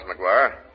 McGuire